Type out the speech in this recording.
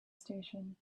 station